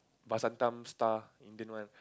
vasantham star Indian one